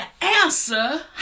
answer